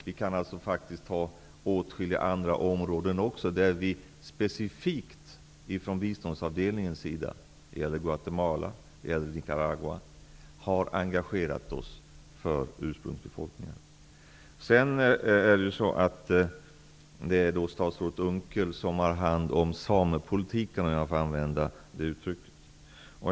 Vi kan också som exempel ta åtskilliga andra områden -- det gäller Guatemala och Nicaragua -- där vi specifikt från biståndsavdelningens sida engagerat oss för ursprungsbefolkningar. Det är statsrådet Unckel som har hand om samepolitiken, om jag får använda det uttrycket.